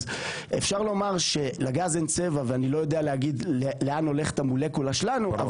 אפשר לומר שלגז אין צבע ואני לא יודע להגיד לאן הולכת המולקולה שלנו,